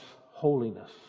holiness